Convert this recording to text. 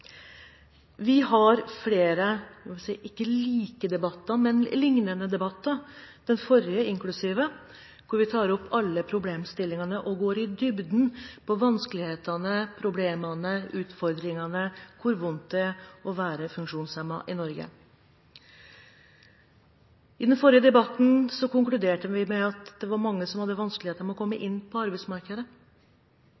Vi har flere – ikke like, men lignende – debatter, den forrige inklusive, der vi tar opp alle problemstillingene og går i dybden med hensyn til vanskelighetene, problemene, utfordringene og hvor vondt det er å være funksjonshemmet i Norge. I den forrige debatten konkluderte vi med at det var mange som hadde vanskeligheter med å komme